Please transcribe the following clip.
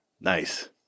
Nice